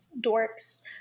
dorks